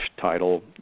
title